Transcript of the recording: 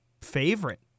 favorite